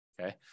Okay